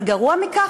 אבל גרוע מכך,